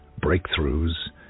breakthroughs